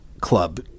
club